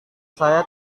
saya